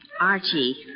Archie